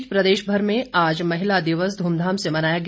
इस बीच प्रदेशभर में आज महिला दिवस ध्रमधाम से मनाया गया